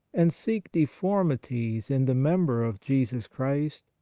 and seek deformities in the member of jesus christ?